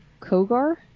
Kogar